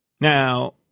Now